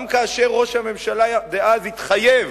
גם כאשר ראש הממשלה דאז התחייב